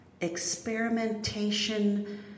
experimentation